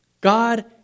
God